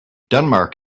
denmark